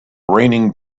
raining